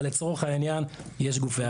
אבל לצורך העניין יש גופי אכיפה.